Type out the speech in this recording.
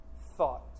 thought